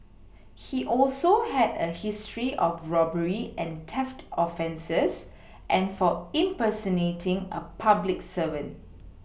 he also had a history of robbery and theft offences and for impersonating a public servant